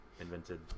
invented